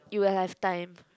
you'll have time